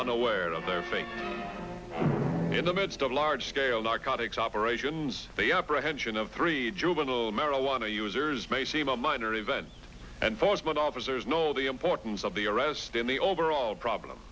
unaware of their fate in the midst of large scale narcotics operations the apprehension of three juvenile marijuana users may seem a minor event and force but officers know the importance of the arrest in the overall problem